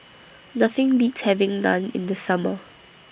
Nothing Beats having Naan in The Summer